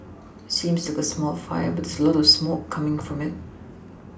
it seems like a small fire but there's lots of smoke coming from it